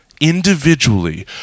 individually